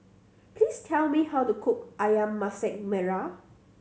please tell me how to cook Ayam Masak Merah